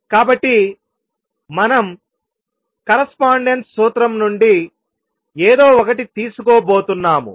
కాబట్టి మనం కరస్పాండెన్స్ సూత్రం నుండి ఏదో ఒకటి తీసుకోబోతున్నాము